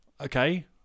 okay